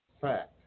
fact